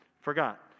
forgot